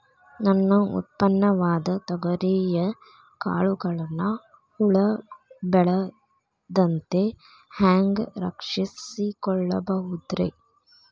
ನನ್ನ ಉತ್ಪನ್ನವಾದ ತೊಗರಿಯ ಕಾಳುಗಳನ್ನ ಹುಳ ಬೇಳದಂತೆ ಹ್ಯಾಂಗ ರಕ್ಷಿಸಿಕೊಳ್ಳಬಹುದರೇ?